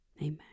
amen